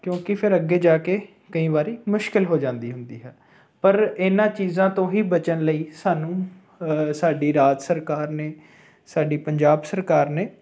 ਕਿਉਂਕਿ ਫਿਰ ਅੱਗੇ ਜਾ ਕੇ ਕਈ ਵਾਰ ਮੁਸ਼ਕਿਲ ਹੋ ਜਾਂਦੀ ਹੁੰਦੀ ਹੈ ਪਰ ਇਹਨਾਂ ਚੀਜ਼ਾਂ ਤੋਂ ਹੀ ਬਚਣ ਲਈ ਸਾਨੂੰ ਸਾਡੀ ਰਾਜ ਸਰਕਾਰ ਨੇ ਸਾਡੀ ਪੰਜਾਬ ਸਰਕਾਰ ਨੇ